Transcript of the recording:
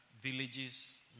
Villages